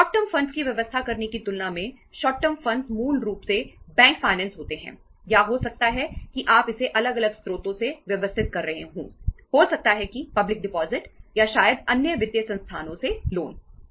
short term funds या शायद अन्य वित्तीय संस्थानों से लोन